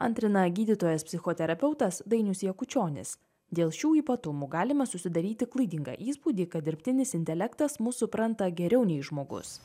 antrina gydytojas psichoterapeutas dainius jakučionis dėl šių ypatumų galima susidaryti klaidingą įspūdį kad dirbtinis intelektas mus supranta geriau nei žmogus